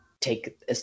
take